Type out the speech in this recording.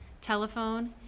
telephone